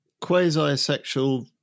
quasi-sexual